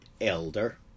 elder